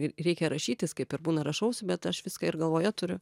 ir reikia rašytis kaip ir būna rašausi bet aš viską ir galvoje turiu